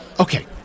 Okay